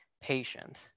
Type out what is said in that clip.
patient